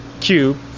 cube